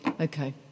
Okay